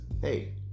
hey